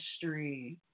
history